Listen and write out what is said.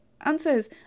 answers